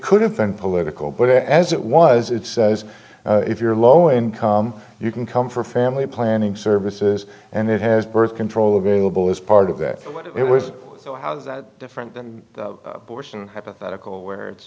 been political but as it was it says if you're low income you can come for family planning services and it has birth control available as part of that but it was so how's that different than bush and hypothetical where it's